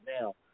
now